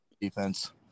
defense